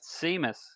Seamus